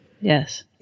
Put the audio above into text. Yes